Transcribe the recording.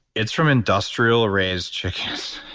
it's from industrial raised chickens.